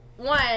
One